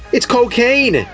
it's cocaine!